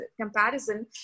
comparison